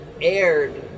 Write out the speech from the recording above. aired